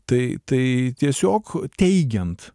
tai tai tiesiog teigiant